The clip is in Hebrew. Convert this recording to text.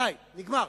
די, נגמר.